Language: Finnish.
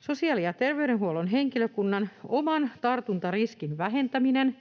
Sosiaali‑ ja terveydenhuollon henkilökunnan oman tartuntariskin väheneminen